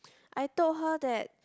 I told her that